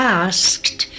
asked